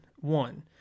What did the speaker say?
one